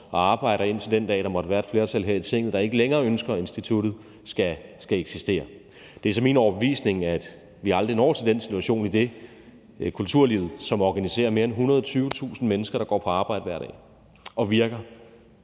og arbejder indtil den dag, hvor der måtte være et flertal her i Tinget, der ikke længere ønsker, at instituttet skal eksistere. Det er så min overbevisning, at vi aldrig når til den situation, idet kulturlivet – som organiserer mere end 120.000 mennesker, der går på arbejde hver dag, og virker